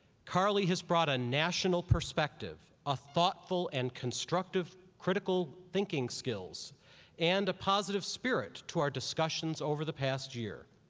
carly has brought a national perspective, a thoughtful and constructive critical thinking skills and a positive spirit to our discussions over the past year.